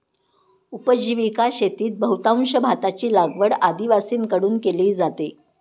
उपजीविका शेतीत बहुतांश भाताची लागवड आदिवासींकडून केली जाते